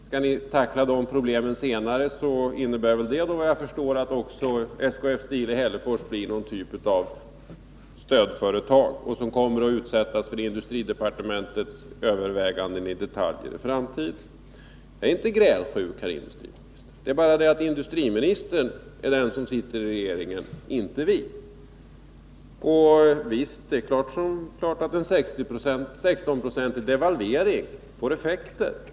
Skall ni tackla de problemen senare innebär det väl, vad jag förstår, att också SKF Steel i Hällefors blir någon typ av stödföretag, som kommer att utsättas för industridepartementets överväganden i detalj i en framtid. Jag är inte grälsjuk, herr industriminister. Det är bara det att industriministern är den som sitter i regeringen, inte vi. Visst är det klart att en 16-procentig devalvering får effekter.